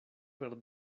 per